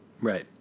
Right